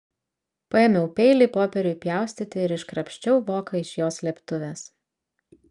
paėmiau peilį popieriui pjaustyti ir iškrapščiau voką iš jo slėptuvės